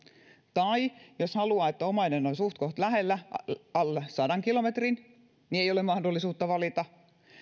tai jos haluaa että omainen on suhtkoht lähellä alle sadan kilometrin ei ole mahdollisuutta valita